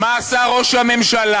מה עשה ראש הממשלה?